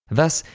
thus,